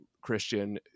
Christian